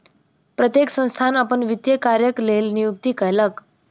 प्रत्येक संस्थान अपन वित्तीय कार्यक लेल नियुक्ति कयलक